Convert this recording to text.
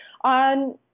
on